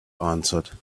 answered